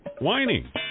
whining